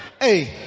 Hey